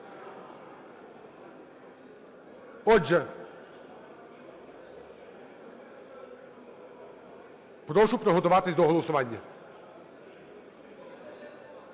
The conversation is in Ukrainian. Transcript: Отже, прошу приготуватись до голосування.